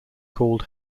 called